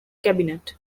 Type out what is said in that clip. cabinet